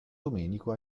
domenico